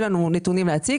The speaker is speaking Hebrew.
נתונים להציג.